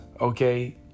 okay